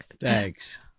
Thanks